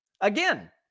Again